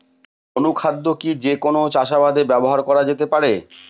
অনুখাদ্য কি যে কোন চাষাবাদে ব্যবহার করা যেতে পারে?